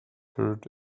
herd